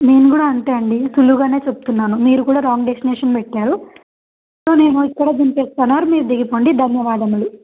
నేను కూడా అంతే అండి సులువు గానే చెప్తున్నాను మీరు కూడా రాంగ్ డెస్టినేేషన్ పెట్టారు సో నేను ఇక్కడ దింపేస్తాను మీరు దిగిపోండి ధన్యవాదములు